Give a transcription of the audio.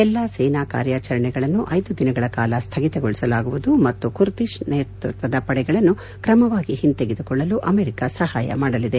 ಎಲ್ಲಾ ಸೇನಾ ಕಾರ್ಯಾಚರಣೆಗಳನ್ನು ಐದು ದಿನಗಳ ಕಾಲ ಸ್ಥಗಿತಗೊಳಿಸಲಾಗುವುದು ಮತ್ತು ಕುರ್ದಿಷ್ ನೇತೃತ್ವದ ಪಡೆಗಳನ್ನು ಕ್ರಮವಾಗಿ ಹಿಂತೆಗೆದುಕೊಳ್ಳಲು ಅಮೆರಿಕ ಸಹಾಯ ಮಾಡಲಿದೆ